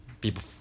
people